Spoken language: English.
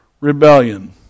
rebellion